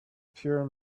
pure